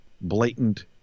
blatant